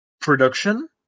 production